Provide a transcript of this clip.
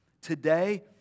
today